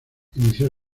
inició